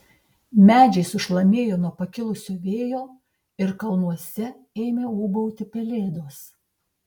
medžiai sušlamėjo nuo pakilusio vėjo ir kalnuose ėmė ūbauti pelėdos